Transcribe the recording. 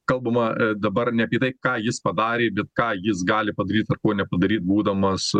kalbama dabar ne apie tai ką jis padarė bet ką jis gali padaryt ir ko nepadaryt būdamas